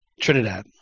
Trinidad